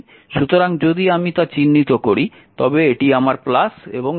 সুতরাং যদি আমি চিহ্নিত করি তবে এটি আমার এবং এটি আমার